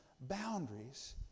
boundaries